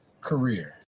career